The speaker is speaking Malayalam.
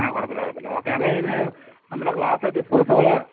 ങാ കുഴപ്പമില്ല കുഴപ്പമില്ല ഓക്കേ അപ്പോൾ അതിന് നമ്മുടെ ഗ്ലാസ് ഡിസ്പോസിബിള്